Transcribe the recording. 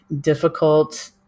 difficult